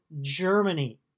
Germany